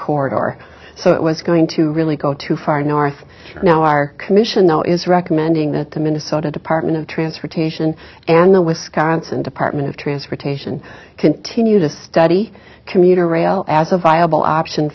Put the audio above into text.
corridor or so it was going to really go too far north now our commission now is recommending that the minnesota department of transportation and the wisconsin department of transportation continue to study commuter rail as a viable option